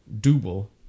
double